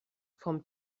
vom